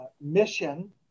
mission